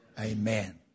Amen